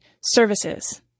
Services